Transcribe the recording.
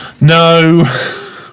No